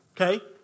okay